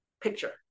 picture